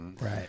Right